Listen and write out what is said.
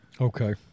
Okay